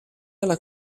alla